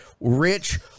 rich